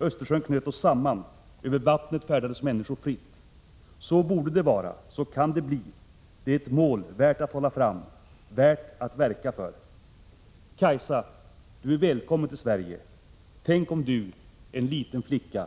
Östersjön knöt oss samman. Över vattnet färdades människor fritt. Så borde det vara. Så kan det bli. Det är ett mål, värt att hålla fram — värt att verka för! Kaisa, Du är välkommen till Sverige. Tänk om Du, en liten flicka,